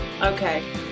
Okay